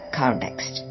context